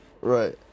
Right